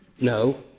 No